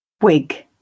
Wig